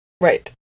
right